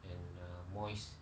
and uh moist